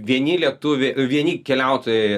vieni lietuvi vieni keliautojai